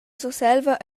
surselva